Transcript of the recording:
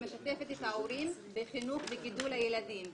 משתפת את ההורים בחינוך וגידול הילדים.